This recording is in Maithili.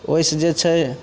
ओइसँ जे छै